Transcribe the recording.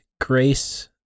Grace